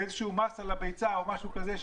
באיזשהו מס על הביצה או משהו כזה.